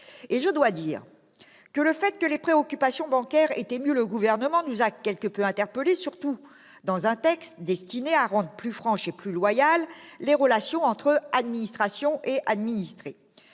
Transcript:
... Je dois dire que le fait que les préoccupations bancaires aient ému le Gouvernement nous a quelque peu interpellés, surtout dans un texte destiné à rendre plus franches et plus loyales les relations entre administration et administrés.